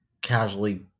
casually